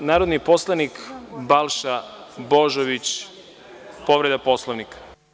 Reč ima narodni poslanik Balša Božović, povreda Poslovnika.